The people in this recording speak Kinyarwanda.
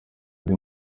ndi